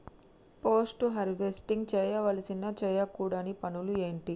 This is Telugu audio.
పోస్ట్ హార్వెస్టింగ్ చేయవలసిన చేయకూడని పనులు ఏంటి?